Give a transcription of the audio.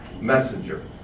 messenger